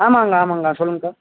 ஆமாங்கக்கா ஆமாங்கக்கா சொல்லுங்கக்கா